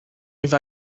have